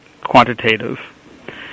quantitative